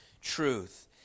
truth